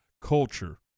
culture